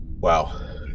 Wow